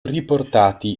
riportati